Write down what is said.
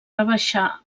rebaixar